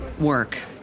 work